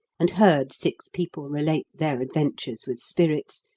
and heard six people relate their adventures with spirits,